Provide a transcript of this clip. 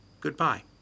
Goodbye